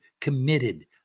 committed